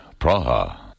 Praha